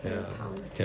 ten pounds leh